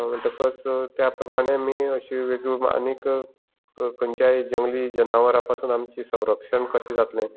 म्हणटकच त्या प्रमाणे आमी अशीं वेगवेगळीं आनीक खंयच्याय जंगली जनावरां पसून आमचे संरक्षण कशें जातलें